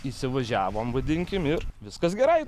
įsivažiavom vadinkim ir viskas gerai